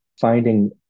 finding